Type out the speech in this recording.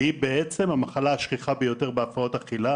והיא בעצם המחלה השכיחה ביותר בהפרעות אכילה.